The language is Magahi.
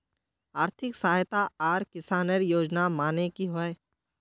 आर्थिक सहायता आर किसानेर योजना माने की होय?